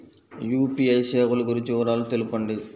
UPI సేవలు గురించి వివరాలు తెలుపండి?